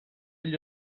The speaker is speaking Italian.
agli